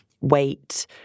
weight